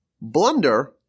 blunder